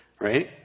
Right